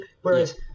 whereas